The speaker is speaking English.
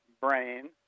brain